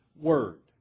Word